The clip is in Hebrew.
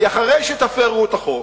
כי אחרי שתפירו את החוק,